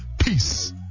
Peace